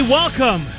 welcome